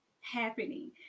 happening